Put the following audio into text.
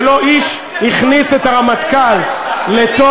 ולא איש הכניס את הרמטכ"ל לתוך,